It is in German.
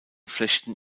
flechten